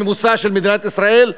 הממוצע של מדינת ישראל.